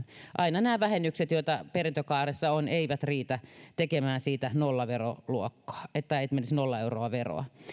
aina nämä vähennykset joita perintökaaressa on eivät riitä tekemään siitä nollaveroluokkaa että menisi nolla euroa veroa